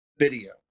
video